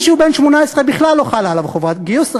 מי שהוא בן 18 בכלל לא חלה עליו חובת גיוס,